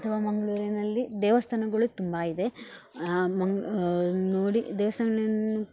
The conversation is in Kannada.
ಅಥವಾ ಮಂಗಳೂರಿನಲ್ಲಿ ದೇವಸ್ಥಾನಗಳು ತುಂಬ ಇದೆ ಮಂಗ ನೋಡಿ ದೇವಸ್ಥಾನವನ್ನು